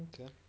Okay